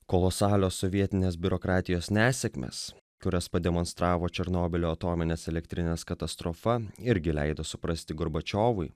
kolosalios sovietinės biurokratijos nesėkmės kurias pademonstravo černobylio atominės elektrinės katastrofa irgi leido suprasti gorbačiovui